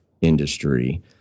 industry